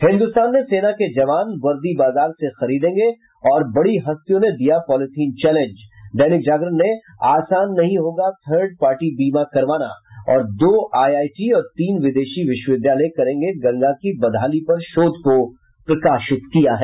हिन्दुस्तान ने सेना के जवान वर्दी बाजार से खरीदेंगे और बड़ी हस्तियों ने दिया पॉलीथिन चैलेंज दैनिक जागरण ने आसान नहीं होगा थर्ट पार्टी बीमा करवाना और दो आईआईटी और तीन विदेशी विश्वविद्यालय करेंगे गंगा की बदहाली पर शोध को प्रकाशित किया है